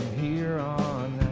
here on